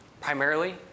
Primarily